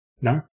No